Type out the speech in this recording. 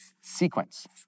sequence